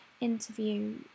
interview